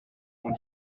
ont